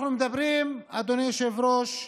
אנחנו מדברים, אדוני היושב-ראש,